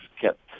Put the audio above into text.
kept